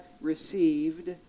received